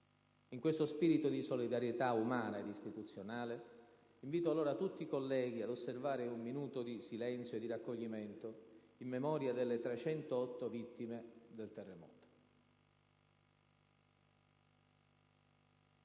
In questo spirito di solidarietà umana ed istituzionale, invito allora tutti i colleghi ad osservare un minuto di silenzio e di raccoglimento, in memoria delle 309 vittime del terremoto.